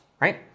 right